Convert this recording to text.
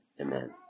Amen